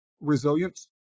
resilience